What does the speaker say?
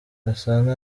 gasana